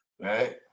Right